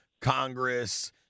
Congress